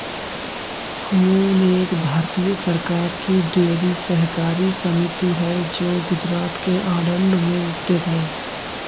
अमूल एक भारतीय सरकार की डेयरी सहकारी समिति है जो गुजरात के आणंद में स्थित है